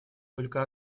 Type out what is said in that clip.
только